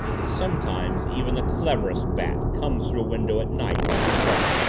sometimes even the cleverest bat comes through a window at night and is caught.